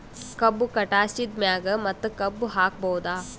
ಕಬ್ಬು ಕಟಾಸಿದ್ ಮ್ಯಾಗ ಮತ್ತ ಕಬ್ಬು ಹಾಕಬಹುದಾ?